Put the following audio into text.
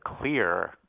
clear